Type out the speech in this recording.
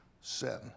sin